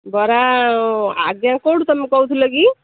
ବରା ଆଜ୍ଞା କେଉଁଠୁ ତୁମେ କହୁଥିଲ କି